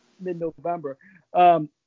mid-November